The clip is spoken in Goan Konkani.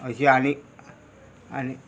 अशी आनी आनी